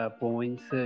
points